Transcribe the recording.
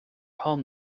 home